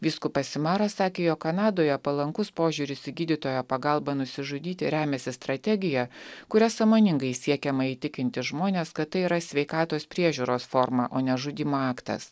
vyskupas simaras sakė jog kanadoje palankus požiūris į gydytojo pagalbą nusižudyti remiasi strategija kuria sąmoningai siekiama įtikinti žmones kad tai yra sveikatos priežiūros forma o ne žudymo aktas